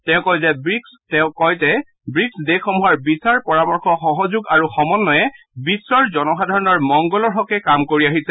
তেওঁ কয় যে ব্ৰীকছ তেওঁ কয় যে ব্ৰীকছ দেশসমূহৰ বিচাৰ পৰামৰ্শ সহযোগ আৰু সমন্বয়ে বিশ্বৰ জনসাধাৰণৰ মংগলৰ হকে কাম কৰি আহিছে